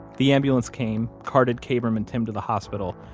the ambulance came, carted kabrahm and tim to the hospital,